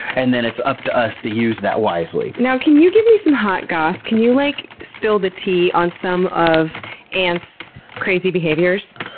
and then it's up to us to use that wisely. now, can you give me some hot goss'? can you like spill the tea on some of ants' crazy behaviors?